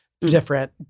different